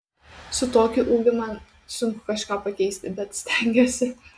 su tokiu ūgiu man sunku kažką pakeisti bet stengiuosi